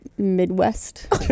midwest